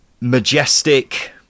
Majestic